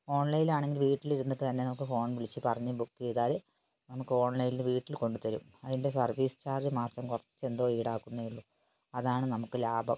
ഓൺലൈനിൽ ആണെങ്കിൽ വീട്ടിൽ ഇരുന്നിട്ട് തന്നെ നമുക്ക് ഫോണും വിളിച്ച് പറഞ്ഞ് ബുക്ക് ചെയ്താൽ നമുക്ക് ഓൺലൈനിൽ വീട്ടിൽ കൊണ്ടുത്തരും അതിൻ്റെ സർവീസ് ചാർജ് മാത്രം കുറച്ച് എന്തോ ഈടാക്കുന്നെയുള്ളൂ അതാണ് നമുക്ക് ലാഭം